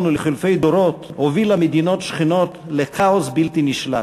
וחילופי דורות הוביל מדינות שכנות לכאוס בלתי נשלט.